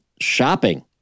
shopping